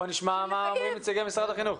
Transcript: בואו נשמע מה אומרים נציגי משרד החינוך.